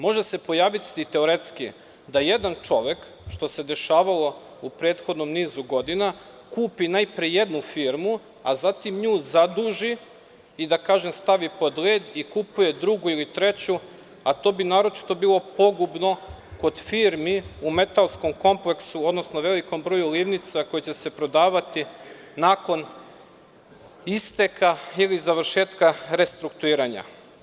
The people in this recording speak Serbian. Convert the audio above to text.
Može se pojaviti teoretski da jedan čovek, što se dešavalo u prethodnom nizu godina, kupi najpre jednu firmu, a zatim nju zaduži i stavi pod led i kupuje drugi i treću, a to bi naročito bilo pogubno kod firmi u metalskom kompleksu, odnosno velikom broju livnica koje će se prodavati nakon isteka ili završetka restrukturiranja.